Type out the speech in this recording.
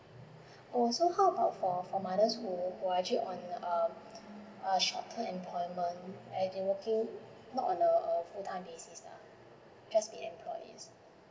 oh so how about for for mothers who are actually on um a shorter employment and they working not on err full time basis la just be employee